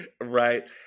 Right